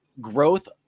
growth